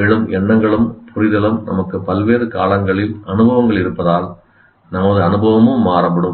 எழும் எண்ணங்களும் புரிதலும் நமக்கு பல்வேறு காலங்களில் அனுபவங்கள் இருப்பதால் நமது அனுபவமும் மாறுபடும்